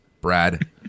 Brad